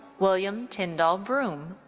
william tyndall broome.